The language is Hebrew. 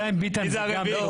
אבל ביטן זה ביטן.